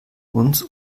uns